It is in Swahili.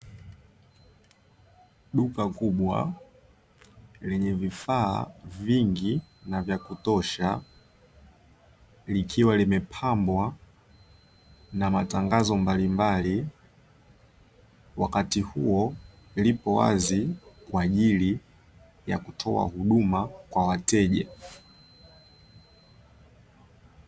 Duka kubwa lenye vifaa vingi na vya kutosha, likiwa limepambwa na matangazo mbalimbali, wakati huo lipo wazi kwa ajili ya kutoa huduma kwa wateja.